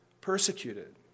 persecuted